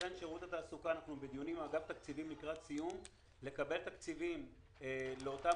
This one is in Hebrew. אנחנו בדיון עם אגף התקציבים לקבל תקציבים לאותן